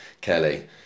Kelly